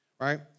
right